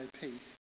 peace